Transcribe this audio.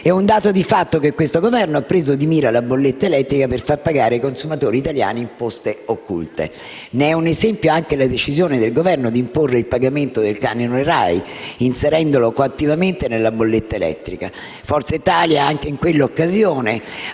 È un dato di fatto che questo Governo ha preso di mira la bolletta elettrica per far pagare ai consumatori italiani imposte occulte. Ne è un esempio anche la decisione del Governo di imporre il pagamento del canone RAI, inserendolo coattivamente nella bolletta elettrica. Forza Italia, anche in quella occasione,